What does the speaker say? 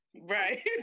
Right